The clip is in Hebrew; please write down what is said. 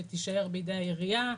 שהיא תישאר בידי העירייה.